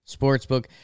Sportsbook